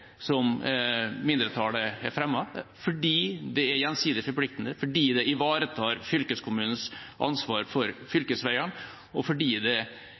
som mindretallet har fremmet – fordi det er gjensidig forpliktende, fordi det ivaretar fylkeskommunens ansvar for fylkesveiene, og fordi det